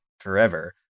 forever